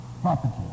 property